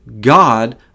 God